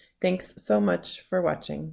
thanks so much for watching.